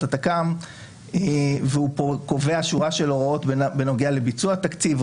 התק"מ הוא קובע שורה של הוראות בנוגע לביצוע התקציב,